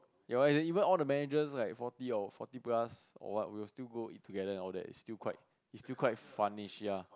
ya even all the managers like forty or forty plus or what would still go eat together and all that it's still quite it's still quite fun ish ya